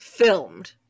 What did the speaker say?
Filmed